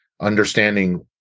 understanding